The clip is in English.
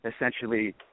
essentially